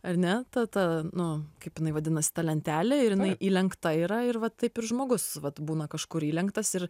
ar ne ta ta nu kaip jinai vadinasi ta lentelė ir jinai įlenkta yra ir va taip ir žmogus vat būna kažkur įlenktas ir